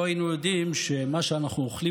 לא היינו יודעים שמה שאנחנו אוכלים,